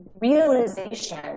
realization